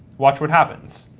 watch what happens.